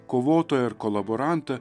kovotoją ar kolaborantą